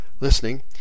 Listening